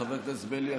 חבר הכנסת בליאק,